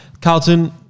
Carlton